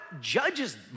judges